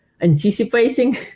anticipating